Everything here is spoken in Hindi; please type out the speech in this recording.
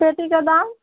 चौकी का दाम